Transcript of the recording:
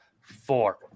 four